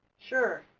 sure.